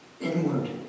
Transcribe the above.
inward